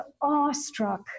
awestruck